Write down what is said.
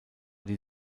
die